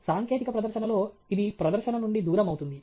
సాంకేతిక ప్రదర్శనలో ఇది ప్రదర్శన నుండి దూరం అవుతుంది